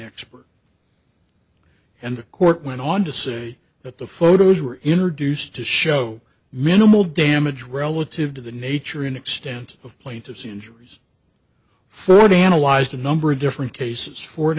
expert and the court went on to say that the photos were introduced to show minimal damage relative to the nature and extent of plaintiff's injuries further analyzed a number of different cases foreign